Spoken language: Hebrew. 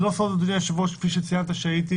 זה לא סוד, אדוני היושב-ראש, כפי שציינת, שהייתי